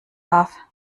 darf